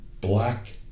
black